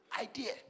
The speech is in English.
idea